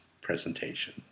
presentation